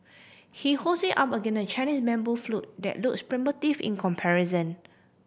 he holds it up against a Chinese bamboo flute that looks primitive in comparison